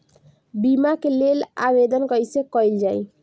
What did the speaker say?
बीमा के लेल आवेदन कैसे कयील जाइ?